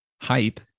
hype